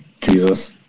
Jesus